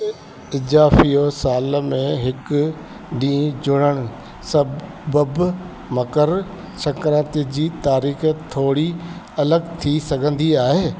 इज़ाफ़ियो साल में हिकु ॾींहुं जुड़णु सबबि मकर सक्रांति जी तारीख़ थोरी अलॻि थी सघंदी आहे